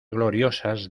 gloriosas